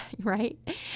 right